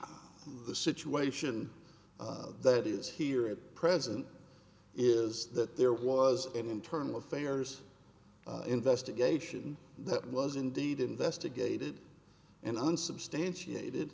minutes the situation that is here at present is that there was an internal affairs investigation that was indeed investigated and unsubstantiated